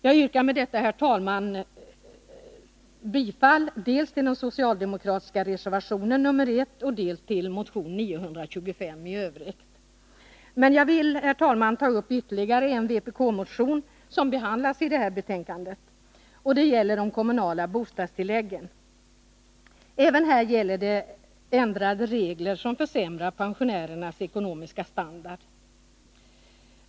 Jag yrkar med detta, herr talman, bifall dels till den socialdemokratiska reservationen nr 1, som bl.a. avser motion 925 i denna del, dels till motion 925 i övrigt. Men jag vill, herr talman, ta upp ytterligare en vpk-motion som behandlas i detta betänkande och som gäller de kommunala bostadstilläggen. Även här är det fråga om regeländringar som försämrar pensionärernas ekonomiska standard.